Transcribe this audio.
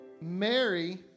Mary